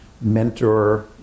mentor